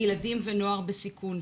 אלה ילדים ונוער בסיכון.